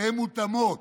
שהן מותאמות.